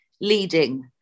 leading